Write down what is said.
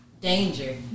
danger